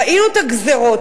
ראינו את הגזירות,